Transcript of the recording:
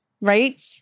right